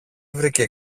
βρήκε